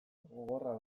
gogorra